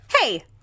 Hey